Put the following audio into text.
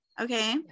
Okay